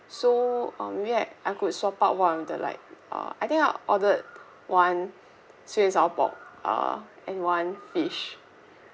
so um maybe like I could swap out one of the like ah I think I ordered one sweet and sour pork uh and one fish